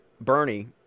Bernie